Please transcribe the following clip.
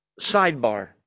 sidebar